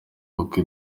kuko